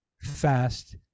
fast